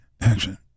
Action